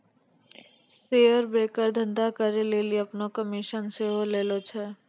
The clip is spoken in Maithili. शेयर ब्रोकर धंधा करै लेली अपनो कमिशन सेहो लै छै